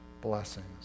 blessings